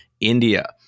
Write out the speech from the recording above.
India